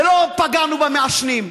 ולא פגעו במעשנים,